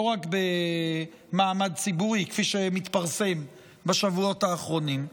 לא רק במעמד ציבורי כפי שמתפרסם בשבועות האחרונים,